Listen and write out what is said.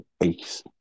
ace